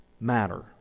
matter